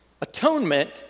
Atonement